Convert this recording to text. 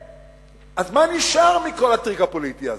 אז מה נשאר מכל הטריק הפוליטי הזה?